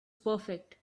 perfect